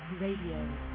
Radio